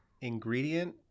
ingredient